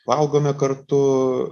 valgome kartu